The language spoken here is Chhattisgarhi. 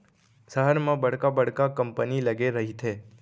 सहर म बड़का बड़का कंपनी लगे रहिथे